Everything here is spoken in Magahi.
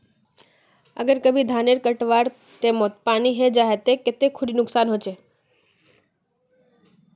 अगर कभी धानेर कटवार टैमोत पानी है जहा ते कते खुरी नुकसान होचए?